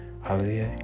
Hallelujah